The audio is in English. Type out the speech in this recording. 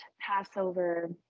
Passover